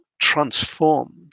transformed